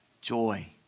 Joy